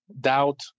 doubt